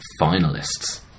finalists